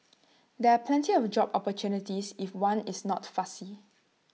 there are plenty of job opportunities if one is not fussy